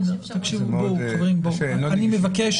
אני מבקש